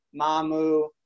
Mamu